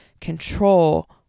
control